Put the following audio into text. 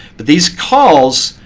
but these calls,